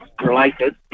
related